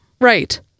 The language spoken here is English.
Right